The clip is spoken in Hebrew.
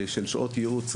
של שעות ייעוץ,